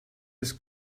des